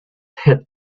head